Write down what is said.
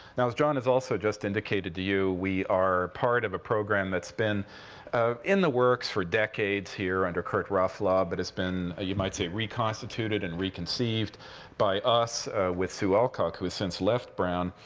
now, as john has also just indicated to you, we are part of a program that's been in the works for decades here under kurt raaflaub, but it's been, ah you might say, reconstituted and reconceived by us with sue alcock, who has since left brown,